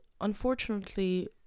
unfortunately